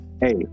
hey